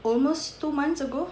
almost two months ago